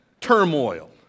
turmoil